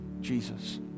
Jesus